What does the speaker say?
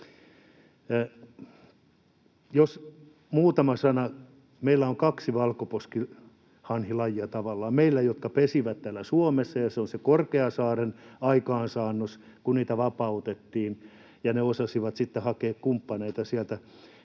Muutama sana: Meillä on tavallaan kaksi valkoposkihanhilajia. Toisia ovat ne, jotka pesivät täällä Suomessa, ja se on se Korkeasaaren aikaansaannos, kun niitä vapautettiin ja ne osasivat sitten hakea kumppaneita